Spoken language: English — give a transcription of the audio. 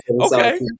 okay